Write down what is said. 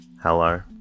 Hello